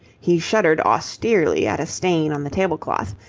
he shuddered austerely at a stain on the table-cloth,